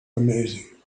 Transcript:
amazing